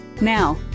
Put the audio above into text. Now